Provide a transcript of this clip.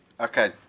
okay